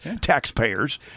taxpayers